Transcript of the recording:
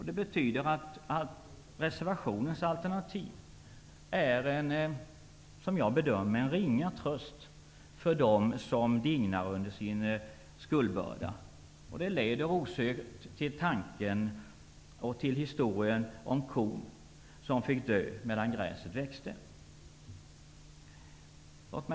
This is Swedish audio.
Det betyder att reservationens alternativ är, som jag bedömer det, en ringa tröst för dem som dignar under sin skuldbörda. Det leder osökt till historien om kon som dog medan gräset växte. Herr talman!